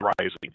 rising